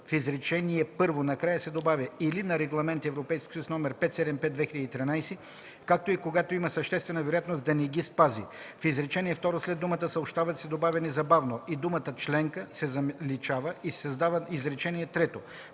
в изречение първо накрая се добавя „или на Регламент (ЕС) № 575/2013, както и, когато има съществена вероятност да не ги спази”, в изречение второ след думата „съобщават” се добавя „незабавно” и думата „членка” се заличава и се създава изречение